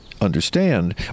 understand